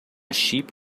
sheep